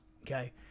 Okay